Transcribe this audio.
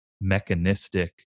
mechanistic